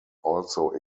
also